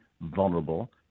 vulnerable